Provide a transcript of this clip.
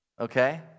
okay